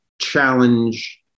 challenge